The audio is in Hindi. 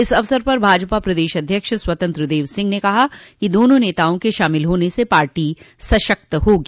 इस अवसर पर भाजपा प्रदेश अध्यक्ष स्वतंत्र देव सिंह ने कहा कि दोनों नेताओं के शामिल होने से पार्टी सशक्त होगी